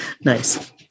Nice